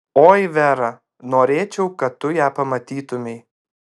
oi vera norėčiau kad tu ją pamatytumei